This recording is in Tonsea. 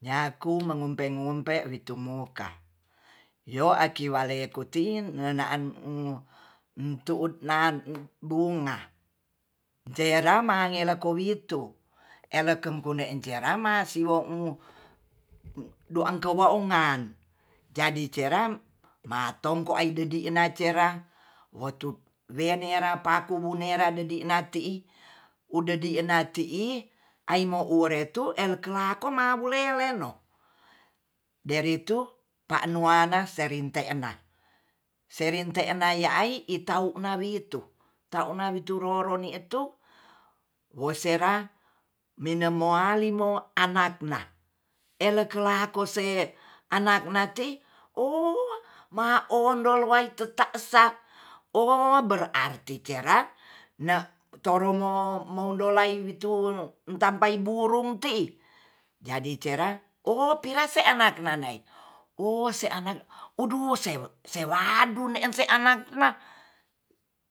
Nyaku mengumpe-ngumpe litumuka yo akiwalei kutin ngena'an nu tu'ut nan bungga tera mange lekowi tu elekem kuneen cerama siwomu do angkou waungan jadi ceram ma tongko aididi na cera wotu wenera paku wunera dedina ti'i wu dedina ti'i aimo uretu elkelako mabuleleno deretu patuana serinte'na, serinte'na ya ai itauna witu, tau'na witu rorone etu wesera minemo walimo anak na eleke lakose anak nati 'o' ma ondol waituta sa o berarti tera na torong mo mondolai wituwun entampai windu un ti'i jadi tera o pirase na nak nae ose anak uduh ser seradu ne se anak odo sel sewadu ne'en se anak na